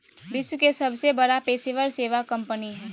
विश्व के सबसे बड़ा पेशेवर सेवा कंपनी हइ